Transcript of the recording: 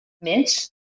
mint